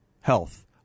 health